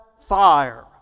fire